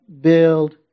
Build